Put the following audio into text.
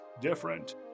different